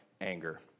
anger